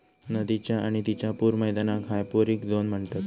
नदीच्य आणि तिच्या पूर मैदानाक हायपोरिक झोन म्हणतत